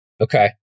okay